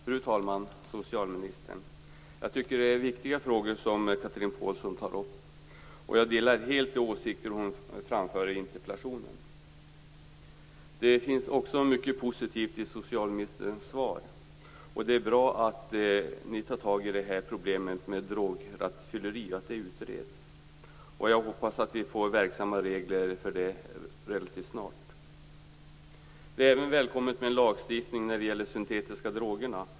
Fru talman! Fru socialminister! Jag tycker att det är viktiga frågor som Chatrine Pålsson tar upp. Jag delar helt de åsikter som hon framför i interpellationen. Det finns också mycket positivt i socialministerns svar. Det är bra att ni tar itu med problemet droger och rattfylleri så att det utreds. Jag hoppas att vi får verksamma regler för det relativt snart. Det är även välkommet med lagstiftning om de syntetiska drogerna.